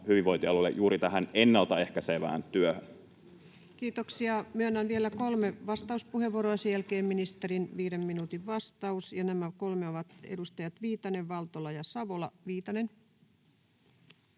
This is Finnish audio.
vuodelle 2025 Time: 10:50 Content: Kiitoksia. — Myönnän vielä kolme vastauspuheenvuoroa, ja sen jälkeen ministerin viiden minuutin vastaus, ja nämä kolme ovat edustajat Viitanen, Valtola ja Savola. — Viitanen.